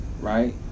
right